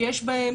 שיש בהן